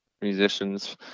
musicians